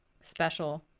special